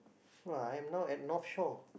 oh I'm not I'm Northshore